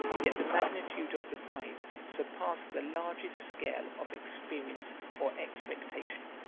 yet the magnitude of the prize surpassed the largest scale of experience or expectation.